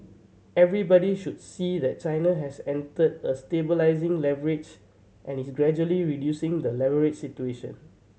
everybody should see that China has entered a stabilising leverage and is gradually reducing the leverage situation